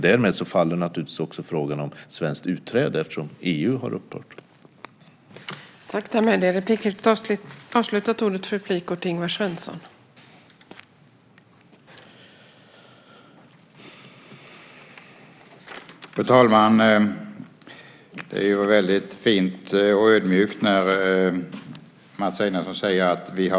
Därmed faller naturligtvis också frågan om ett svenskt utträde, eftersom EU har upphört att finnas.